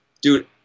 Dude